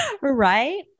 Right